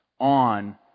on